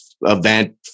event